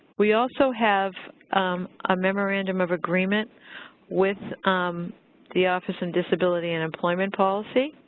we also have a memorandum of agreement with the office in disability and employment policy,